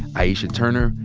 aisha turner,